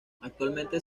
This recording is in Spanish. actualmente